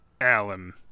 Alan